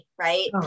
right